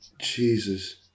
Jesus